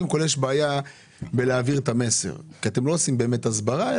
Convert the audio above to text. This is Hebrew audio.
יש בעיה להעביר את המסר כי אתם לא באמת עושים הסברה,